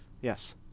Yes